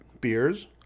beers